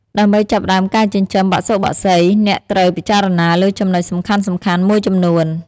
ដើម្បីចាប់ផ្ដើមការចិញ្ចឹមបសុបក្សី អ្នកត្រូវពិចារណាលើចំណុចសំខាន់ៗមួយចំនួន។